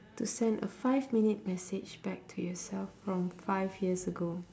to send a five minute message back to yourself from five years ago